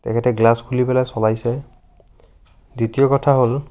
তেখেতে গ্লাছ খুলি পেলাই চলাইছে দ্বিতীয় কথা হ'ল